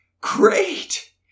great